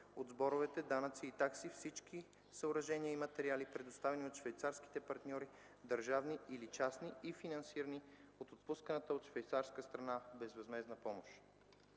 от сборове, данъци и такси всички съоръжения и материали, предоставяни от швейцарските партньори, държавни или частни, и финансирани от отпусканата от швейцарска страна безвъзмездна помощ.